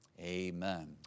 amen